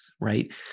right